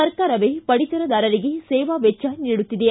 ಸರ್ಕಾರವೇ ಪಡಿತರದಾರರಿಗೆ ಸೇವಾ ವೆಚ್ಚ ನೀಡುತ್ತಿದೆ